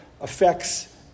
affects